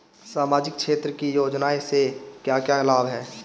सामाजिक क्षेत्र की योजनाएं से क्या क्या लाभ है?